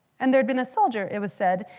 and there'd been a soldier, it was said,